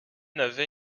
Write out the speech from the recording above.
n’avait